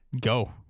Go